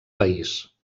país